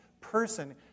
person